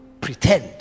pretend